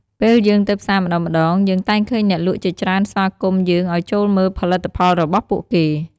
ពេលយើងទៅផ្សារម្តងៗ យើងតែងឃើញអ្នកលក់ជាច្រើនស្វាគមន៍យើងឲ្យចូលមើលផលិតផលរបស់ពួកគេ។